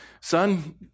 son